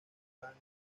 band